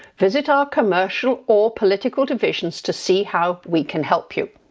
visit our commercial or political divisions to see how we can help you.